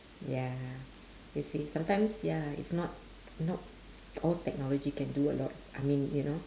ya you see sometimes ya it's not not all technology can do a lot I mean you know